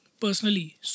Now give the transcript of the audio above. personally